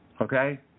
Okay